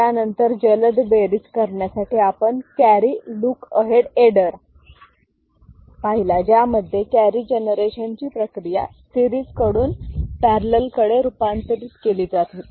त्यानंतर जलद बेरीज करण्यासाठी आपण कॅरी लूक अहेड एडर पाहिला ज्यामध्ये कॅरी जनरेशनची प्रक्रिया सिरीज कडून पॅरलल कडे रूपांतरित केली जात होती